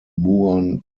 muon